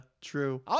true